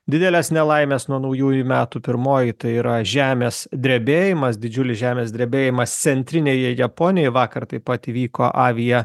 didelės nelaimės nuo naujųjų metų pirmoji tai yra žemės drebėjimas didžiulis žemės drebėjimas centrinėje japonijoj vakar taip pat įvyko avia